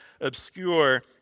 obscure